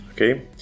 Okay